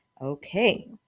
Okay